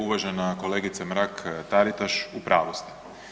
Uvažena kolegice Mrak Taritaš u pravu ste.